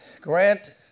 Grant